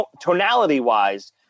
tonality-wise